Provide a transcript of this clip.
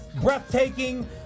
breathtaking